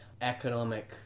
economic